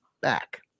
back